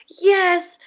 yes